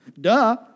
Duh